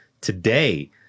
today